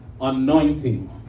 anointing